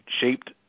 shaped